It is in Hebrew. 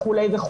וכולי.